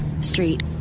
Street